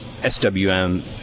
SWM